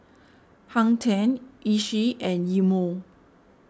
Hang ten Oishi and Eye Mo